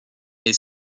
est